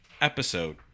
episode